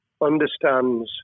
understands